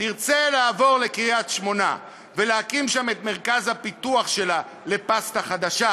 תרצה לעבור לקריית-שמונה ולהקים שם את מרכז הפיתוח שלה לפסטה חדשה,